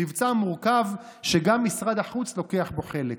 מבצע מורכב שגם משרד החוץ לוקח בו חלק.